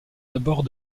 abords